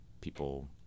People